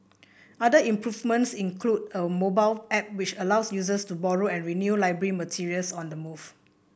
other improvements include a mobile app which allows users to borrow and renew library materials on the move